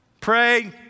pray